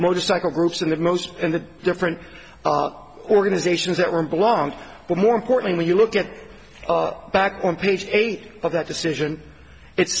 motorcycle groups in the most and the different organizations that one belongs but more importantly when you look at it back on page eight of that decision it